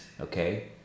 okay